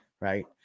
Right